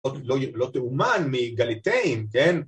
‫לא תאומן מגליטיין, כן?